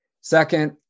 Second